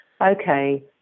okay